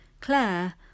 Claire